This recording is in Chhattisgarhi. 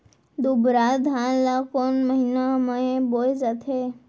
दुबराज धान ला कोन महीना में बोये जाथे?